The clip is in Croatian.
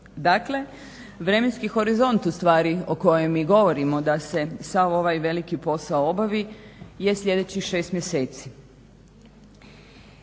Dakle, vremenski horizont ustvari o kojem mi govorimo da se sav ovaj veliki posao obavi je sljedećih 6 mjeseci.